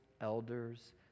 elders